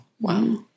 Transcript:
Wow